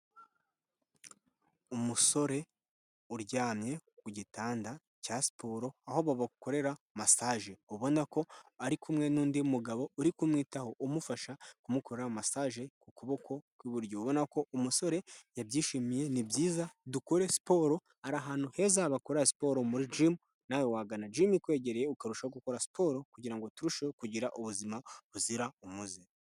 Umusore uryamye ku gitanda cya siporo, aho babakorera masaje, ubona ko ari kumwe n'undi mugabo uri kumwitaho, umufasha kumukora masaje ku kuboko kw'iburyo, ubona ko umusore yabyishimiye. N i byiza dukore siporo, ari ahantu heza ha bakora siporo muri gimu, nawe wagana gimu ikwegereye ukaryshaho gukora siporo, kugira ngo turusheho kugira ubuzima buzira umuze.